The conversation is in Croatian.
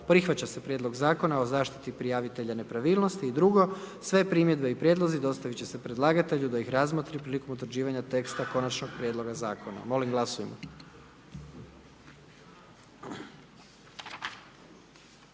prihvaća se Prijedlog Zakona o vinu i drugo, sve primjedbe i prijedlozi dostavit će se predlagatelju da ih razmotri prilikom utvrđivanja teksta konačnog prijedloga zakona, molim glasujmo.